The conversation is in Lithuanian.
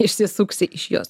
išsisuksi iš jos